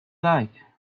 like